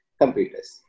computers